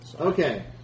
Okay